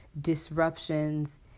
disruptions